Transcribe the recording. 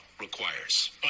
requires